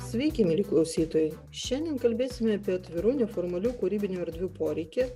sveiki mieli klausytojai šiandien kalbėsime apie atvirų neformalių kūrybinių erdvių poreikį